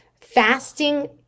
Fasting